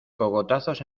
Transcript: cogotazos